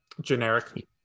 generic